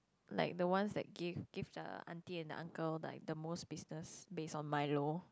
like the one I give give the aunty and uncle like the most business base on my law